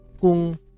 Kung